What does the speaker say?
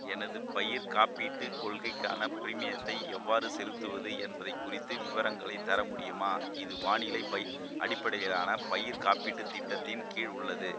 எனது பயிர்க் காப்பீட்டுக் கொள்கைக்கான பிரீமியத்தை எவ்வாறு செலுத்துவது என்பதைக் குறித்து விவரங்களைத் தர முடியுமா இது வானிலை பை அடிப்படையிலான பயிர் காப்பீட்டுத் திட்டத்தின் கீழ் உள்ளது